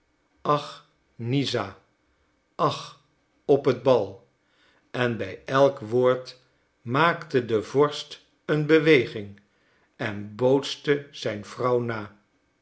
ach nizza ach op het bal en bij elk woord maakte de vorst een beweging en bootste zijn vrouw na